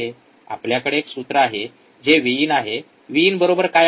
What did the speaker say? आपल्याकडे एक सूत्र आहे जे विइन आहे विइन बरोबर काय आहे